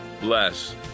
bless